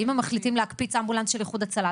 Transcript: אם הם מחליטים להקפיץ אמבולנס של איחוד הצלה,